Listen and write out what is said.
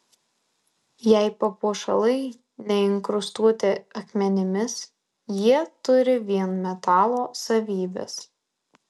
jei papuošalai neinkrustuoti akmenimis jie turi vien metalo savybes